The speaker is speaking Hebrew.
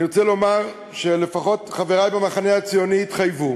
אני רוצה לומר שלפחות חברי במחנה הציוני התחייבו